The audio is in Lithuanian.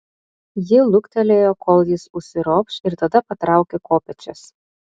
ji luktelėjo kol jis užsiropš ir tada patraukė kopėčias